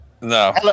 No